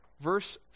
verse